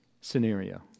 scenario